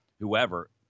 whoever